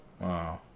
Wow